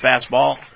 fastball